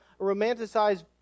romanticized